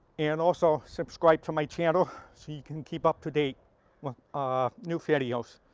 and also subscribe to my channel so you can keep up to date with ah new videos.